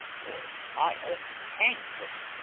or i'll hang her.